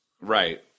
Right